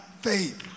faith